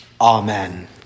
amen